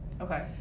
Okay